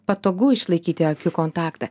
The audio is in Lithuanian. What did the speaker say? patogu išlaikyti akių kontaktą